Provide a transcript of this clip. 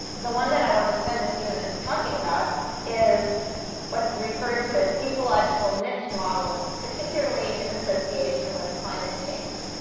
the one that i want to spend a few minutes talking about is what's referred to as ecological niche modeling, particularly in association with climate change.